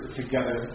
together